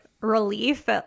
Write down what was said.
relief